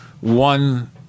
one